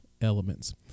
elements